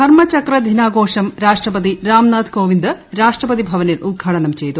ധർമ്മചക്ര ദിനാഘോഷം രാഷ്ട്രപതി രാംനാഥ് കോവിന്ദ് രാഷ്ട്രപതി ഭവനിൽ ഉദ്ഘാടനം ചെയ്തു